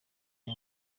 aya